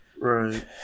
Right